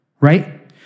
right